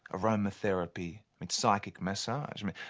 aromatherapy, and psychic massage. i mean,